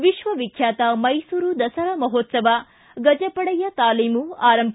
V ವಿಶ್ವವಿಖ್ಯಾತ ಮೈಸೂರು ದಸರಾ ಮಹೋತ್ಸವ ಗಜಪಡೆಯ ತಾಲೀಮು ಆರಂಭ